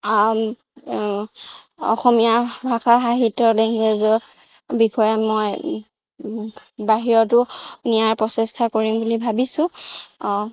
অসমীয়া ভাষা সাহিত্য লেংগুৱেজৰ বিষয়ে মই বাহিৰতো নিয়াৰ প্ৰচেষ্টা কৰিম বুলি ভাবিছোঁ